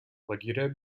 лагеря